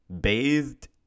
bathed